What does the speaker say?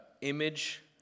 image